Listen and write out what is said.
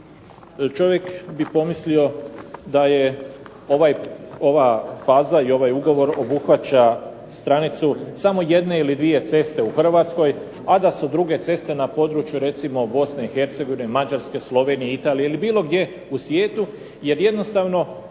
čovjek bi pomislio da je ova faza i ovaj ugovor obuhvaća stranicu samo jedne ili dvije ceste u Hrvatskoj, a da su druge ceste recimo na području Bosni i Hercegovine, Mađarske, Slovenije ili Italije ili bilo gdje u svijetu, jer jednostavno